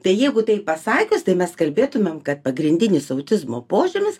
tai jeigu taip pasakius tai mes kalbėtumėm kad pagrindinis autizmo požymis